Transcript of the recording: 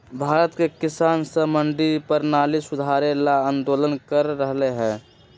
भारत के किसान स मंडी परणाली सुधारे ल आंदोलन कर रहल हए